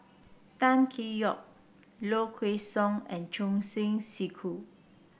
Tan Tee Yoke Low Kway Song and Choor Singh Sidhu